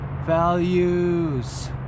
values